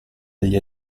agli